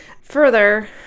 Further